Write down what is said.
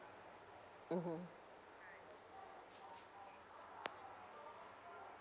mmhmm